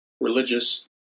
religious